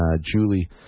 Julie